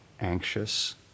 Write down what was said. anxious